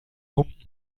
humpen